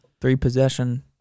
three-possession